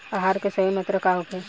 आहार के सही मात्रा का होखे?